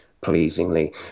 pleasingly